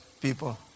people